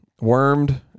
Wormed